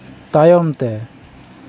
ᱛᱟᱭᱚᱢ ᱛᱮ